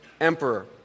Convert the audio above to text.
emperor